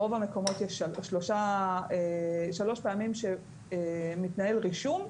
ברוב המקומות יש שלוש פעמים שמתנהל רישום,